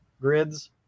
grids